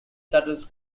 turtles